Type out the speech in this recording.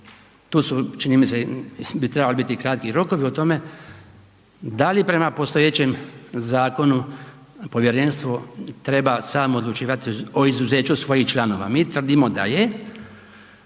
Tu su, čini mi se, bi trebali biti kratki rokovi o tome da li prema postojećem zakonu povjerenstvo treba samo odlučivati o izuzeću svojih članova. Mi tvrdimo da je